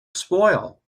spoil